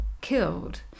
killed